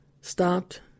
stopped